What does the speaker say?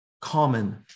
common